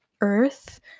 Earth